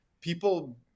people